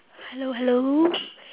hello hello